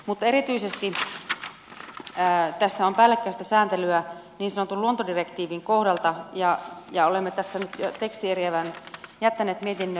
mutta erityisesti tässä on päällekkäistä sääntelyä niin sanotun luontodirektiivin kohdalla ja olemme tässä nyt tekstieriävän jättäneet mietintöön